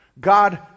God